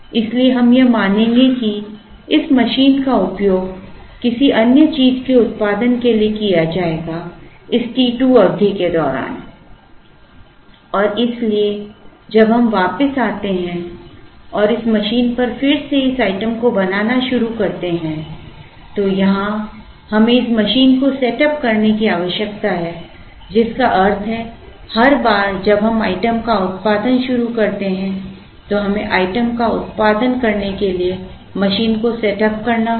इसलिए हम यह मानेंगे कि इस मशीन का उपयोग किसी अन्य चीज के उत्पादन के लिए किया जाएगा इस t 2 अवधि के दौरान और इसलिए जब हम वापस आते हैं और इस मशीन पर फिर से इस आइटम को बनाना शुरू करते हैं तो यहां हमें इस मशीन को सेटअप करने की आवश्यकता है जिसका अर्थ है हर बार जब हम आइटम का उत्पादन शुरू करते हैं तो हमें आइटम का उत्पादन करने के लिए मशीन को सेटअप करना होगा